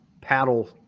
paddle